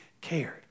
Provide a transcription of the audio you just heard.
cared